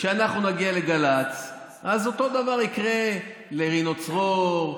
כשאנחנו נגיע לגל"צ אז אותו דבר יקרה לרינו צרור,